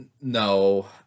No